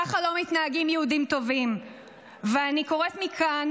ככה לא מתנהגים יהודים טובים ואני קוראת מכאן